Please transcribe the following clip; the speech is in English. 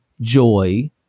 Joy